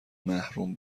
محروم